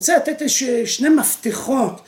‫אני רוצה לתת שני מפתחות.